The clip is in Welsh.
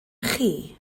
chi